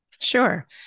Sure